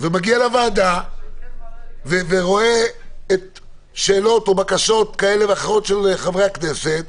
ומגיע לוועדה ורואה שאלות או בקשות כאלה ואחרות של חברי הכנסת,